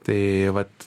tai vat